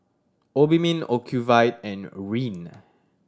Obimin Ocuvite and Rene